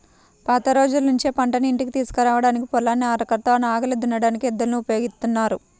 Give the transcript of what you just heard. పాత రోజుల్నుంచే పంటను ఇంటికి తీసుకురాడానికి, పొలాన్ని అరకతో నాగలి దున్నడానికి ఎద్దులను ఉపయోగిత్తన్నారు